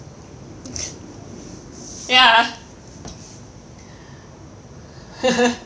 ya